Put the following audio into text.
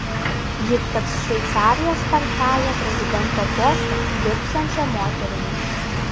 ji taps šveicarijos penktąja prezidento poste dirbsiančia moterimi